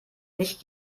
nicht